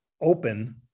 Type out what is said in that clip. open